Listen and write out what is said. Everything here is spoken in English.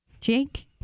jake